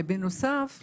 בנוסף,